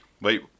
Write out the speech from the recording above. Wait